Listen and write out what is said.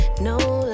no